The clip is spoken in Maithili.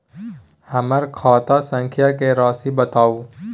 हमर खाता संख्या के राशि बताउ